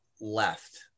left